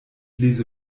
lese